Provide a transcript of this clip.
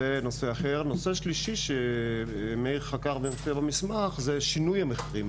נושא שלישי שמאיר חקר במסמך זה שינוי המחירים.